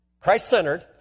Christ-centered